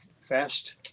fast